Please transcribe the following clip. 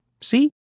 See